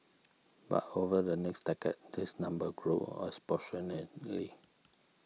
but over the next decade this number grew exponentially